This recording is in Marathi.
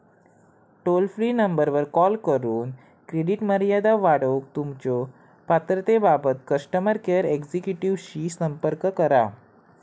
टोल फ्री नंबरवर कॉल करून क्रेडिट मर्यादा वाढवूक तुमच्यो पात्रतेबाबत कस्टमर केअर एक्झिक्युटिव्हशी संपर्क करा